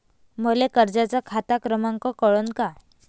मले कर्जाचा खात क्रमांक कळन का?